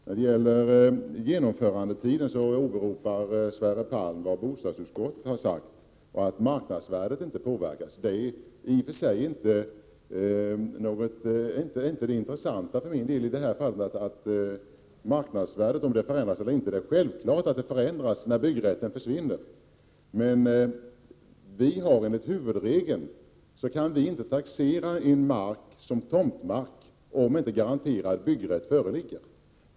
När det gäller genomförandetiden åberopar Sverre Palm vad bostadsutskottet har sagt och anför att marknadsvärdet inte påverkas. Det intressanta för min del är inte om marknadsvärdet förändras eller inte. Det är självklart att det förändras när byggrätten försvinner, men enligt huvudregeln kan vi inte taxera mark som tomtmark om inte en garanterad byggrätt föreligger.